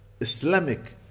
Islamic